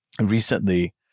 recently